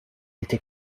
été